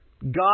God